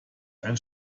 ein